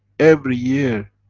every year.